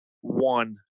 one